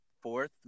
fourth